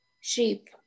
Sheep